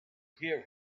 hear